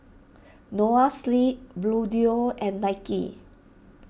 Noa Sleep Bluedio and Nike